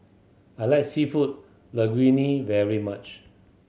I like Seafood Linguine very much